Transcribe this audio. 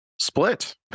Split